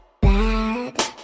bad